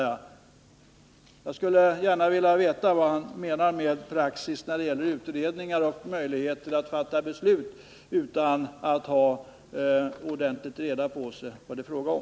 Jag skulle gärna vilja veta vad han menar med praxis när det gäller utredningar och möjligheterna att fatta beslut utan att ha ordentligt reda på vad det är frågan om.